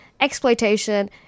exploitation